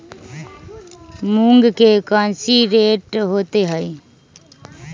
मूंग के कौची रेट होते हई?